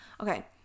okay